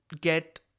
get